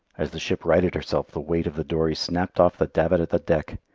as the ship righted herself, the weight of the dory snapped off the davit at the deck,